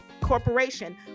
corporation